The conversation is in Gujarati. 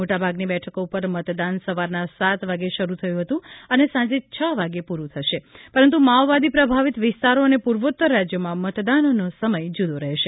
મોટાભાગની બેઠકો ઉપર મતદાન સવારના સાત વાગે શરૂ થયું હતું અને સાંજે છ વાગે પુરું થશે પરંતુ માઓવાદી પ્રભાવિત વિસ્તારો અને પૂર્વોત્તર રાજ્યોમાં મતદાનનો સમય જુદો રહેશે